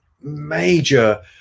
major